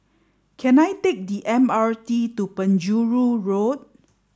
can I take the M R T to Penjuru Road